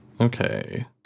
Okay